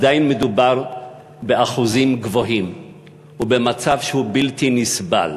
עדיין מדובר באחוזים גבוהים ובמצב שהוא בלתי נסבל,